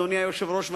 אדוני היושב-ראש,